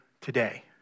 today